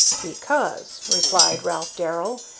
because, replied ralph darrell,